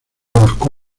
moscú